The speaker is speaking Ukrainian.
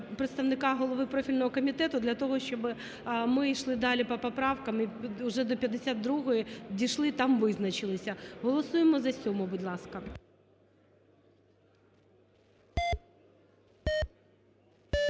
представника голови профільного комітету для того, щоби ми йшли далі по поправкам і уже до 52-ї дійшли, там визначилися. Голосуємо за 7-у, будь ласка.